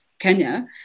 Kenya